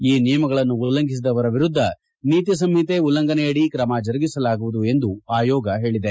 ಈ ನಿಯಮಗಳನ್ನು ಉಲ್ಲಂಘಿಸಿದವರ ವಿರುದ್ಧ ನೀತಿ ಸಂಹಿತೆ ಉಲ್ಲಂಘನೆಯಡಿ ಕ್ರಮ ಜರುಗಿಸಲಾಗುವುದು ಎಂದು ಹೇಳಿದೆ